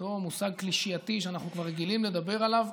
אותו מושג קלישאתי שאנחנו כבר רגילים לדבר עליו,